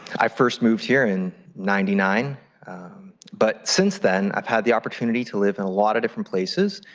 i first moved here in ninety nine but since then i've had the opportunity to live in a lot of different places.